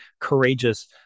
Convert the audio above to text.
courageous